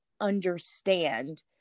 understand